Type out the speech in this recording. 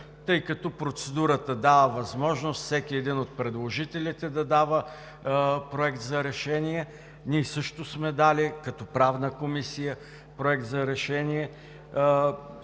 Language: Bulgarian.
тъй като процедурата дава възможност всеки един от предложителите да дава проект за решение. Ние също сме дали като Правна комисия проект за решение.